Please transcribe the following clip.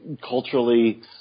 culturally